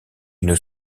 une